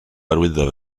arwyddo